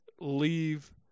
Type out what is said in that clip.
leave